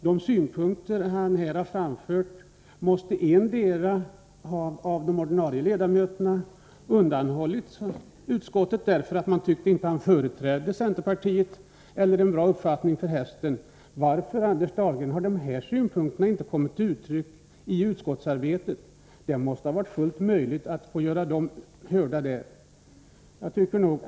De synpunkter han här har framfört måste ha undanhållits utskottet av de övriga centerledamöterna på grund av att man inte tyckte att han företrädde centerpartiet eller att han inte företrädde en uppfattning som var bra för hästen. Varför, Anders Dahlgren, har de här synpunkterna inte kommit till uttryck i utskottsarbetet? Det måste ha varit fullt möjligt att göra dem hörda där.